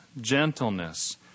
gentleness